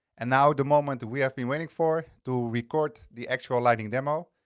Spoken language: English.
and now the moment that we have been waiting for to record the actual lighting demo.